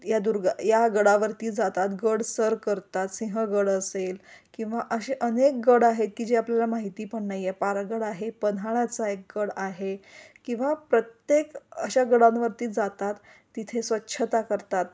या दुर्गा या गडावरती जातात गड सर करतात सिंहगड असेल किंवा अशे अनेक गड आहेत की जे आपल्याला माहिती पण नाहिये पारगड आहे पन्ह्याळ्याचा एक गड आहे किंवा प्रत्येक अशा गडांवरती जातात तिथे स्वच्छता करतात